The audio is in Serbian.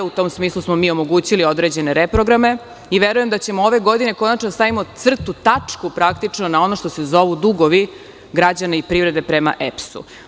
U tom smislu, smo mi omogućili određene reprograme i verujem da ćemo ove godine konačno da stavimo crtu, tačku, praktično na ono što se zovu dugovi građana i privrede prema EPS.